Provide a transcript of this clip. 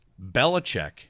Belichick